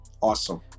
awesome